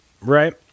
right